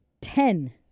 ten